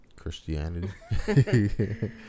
Christianity